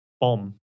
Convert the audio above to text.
bomb